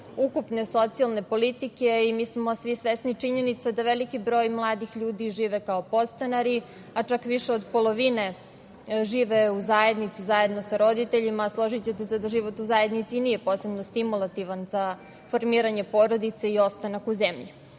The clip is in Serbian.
ukupne socijalne politike i mi smo svi svesni činjenice da veliki broj mladih ljudi žive kao podstanari, a čak više od polovine živi u zajednici sa roditeljima. Složićete se da život u zajednici nije posebno stimulativan za formiranje porodice i ostanak u zemlji. Veoma